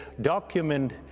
document